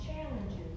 challenges